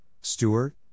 Stewart